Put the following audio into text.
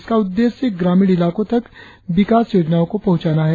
इसका उद्देश्य ग्रामीण इलाकों तक विकास योजनाओं को पहुंचाना है